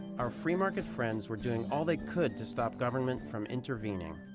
our free-market friends were doing all they could to stop government from intervening.